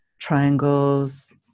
triangles